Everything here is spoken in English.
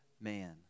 man